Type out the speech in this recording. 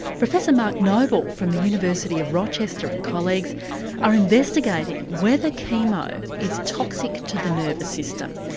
professor mark noble from the university of rochester and colleagues are investigating whether chemo is toxic to the nervous system,